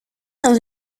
dans